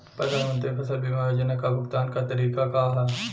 प्रधानमंत्री फसल बीमा योजना क भुगतान क तरीकाका ह?